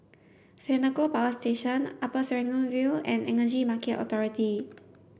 Senoko Power Station Upper Serangoon View and Energy Market Authority